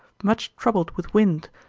much troubled with wind,